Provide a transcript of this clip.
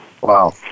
Wow